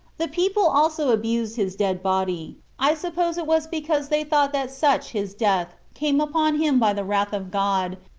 the people also abused his dead body i suppose it was because they thought that such his death came upon him by the wrath of god,